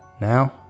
Now